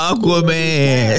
Aquaman